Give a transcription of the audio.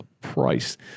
price